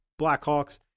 Blackhawks